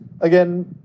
again